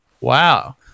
Wow